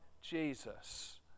Jesus